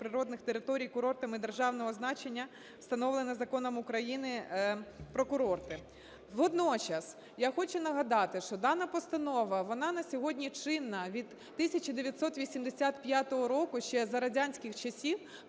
природних територій курортами державного значення, встановленої Законом України "Про курорти". Водночас я хочу нагадати, що дана постанова, вона на сьогодні чинна від 1985 року, ще за радянських часів,